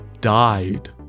died